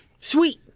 Sweet